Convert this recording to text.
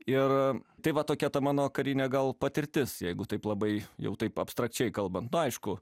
ir tai va tokia ta mano karinė gal patirtis jeigu taip labai jau taip abstrakčiai kalbant nu aišku